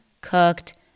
cooked